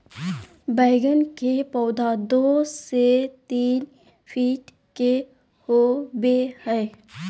बैगन के पौधा दो से तीन फीट के होबे हइ